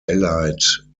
allied